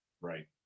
Right